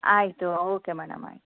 ಆಯಿತು okay madam ಆಯಿತು